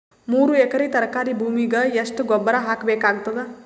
ಮೂರು ಎಕರಿ ತರಕಾರಿ ಭೂಮಿಗ ಎಷ್ಟ ಗೊಬ್ಬರ ಹಾಕ್ ಬೇಕಾಗತದ?